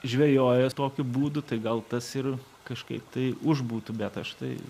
žvejoja tokiu būdu tai gal tas ir kažkaip tai už būtų bet aš tai